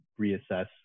reassess